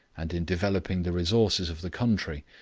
and in developing the resources of the country,